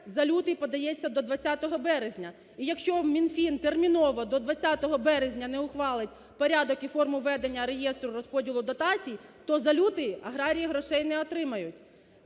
за лютий подається до 20 березня і якщо Мінфін терміново, до 20 березня не ухвалить порядок і форму ведення реєстру розподілу дотацій, то за лютий аграрії грошей не отримають.